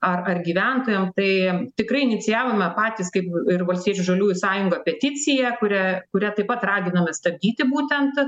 ar ar gyventojam tai tikrai inicijavome patys kaip ir valstiečių žaliųjų sąjunga peticiją kurią kuria taip pat raginama stabdyti būtent